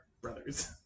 brothers